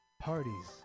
parties